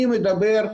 אני מדבר,